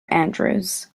andrews